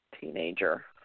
teenager